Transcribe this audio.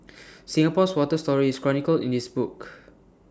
Singapore's water story is chronicled in this book